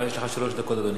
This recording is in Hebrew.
יש לך שלוש דקות, אדוני.